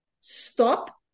Stop